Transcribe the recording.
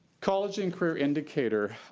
college and career indicator.